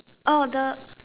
orh the